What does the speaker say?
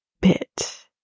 bit